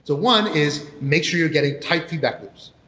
so one is make sure you're getting tight feedback loops.